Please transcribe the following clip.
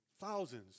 Thousands